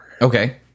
Okay